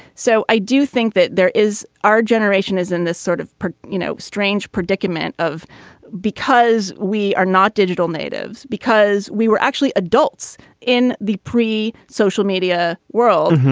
so i do think that there is our generation is in this sort of you know strange predicament of because we are not digital natives because we were actually a dolts in the pre social media world.